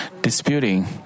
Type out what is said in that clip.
disputing